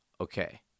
Okay